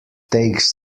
takes